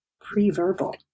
pre-verbal